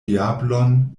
diablon